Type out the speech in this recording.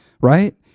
right